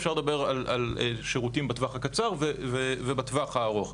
אפשר לדבר על שירותים בטווח הקצר ובטווח הארוך.